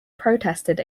protested